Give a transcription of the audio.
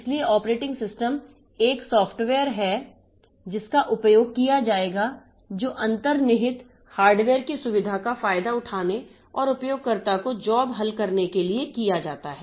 इसलिए operating system एक software है जिसका उपयोग किया जाएगा जो अंतर्निहित हार्डवेयर की सुविधा का फायदा उठाने और उपयोगकर्ता को जॉब हल करने के लिए किया जाता है